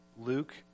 Luke